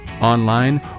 online